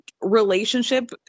relationship